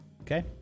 Okay